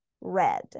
red